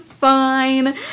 fine